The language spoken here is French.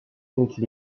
briques